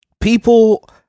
people